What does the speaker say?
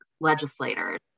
legislators